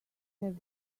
have